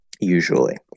usually